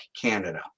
Canada